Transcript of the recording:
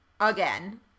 Again